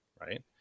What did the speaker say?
right